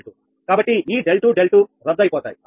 కాబట్టి ఈ 𝛿2 𝛿2 రద్దు అయిపోతాయి అవునా